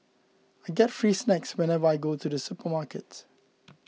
I get free snacks whenever I go to the supermarket